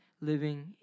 living